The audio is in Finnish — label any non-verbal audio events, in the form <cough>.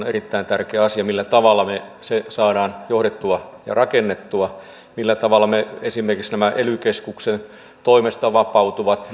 <unintelligible> erittäin tärkeä asia millä tavalla nämä kasvupalvelut mitkä siihen liittyvät saadaan johdettua ja rakennettua millä tavalla me esimerkiksi saamme nämä ely keskuksen toimesta vapautuvat